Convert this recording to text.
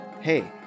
hey